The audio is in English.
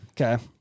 Okay